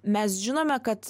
mes žinome kad